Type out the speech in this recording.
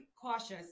cautious